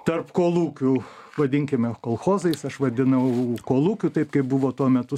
tarp kolūkių vadinkime kolchozais aš vadinau kolūkių taip kaip buvo tuo metu